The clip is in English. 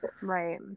Right